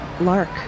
Lark